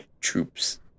troops